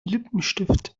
lippenstift